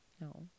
No